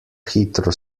hitro